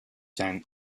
san